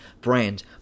brand